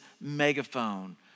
megaphone